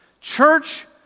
Church